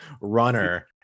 runner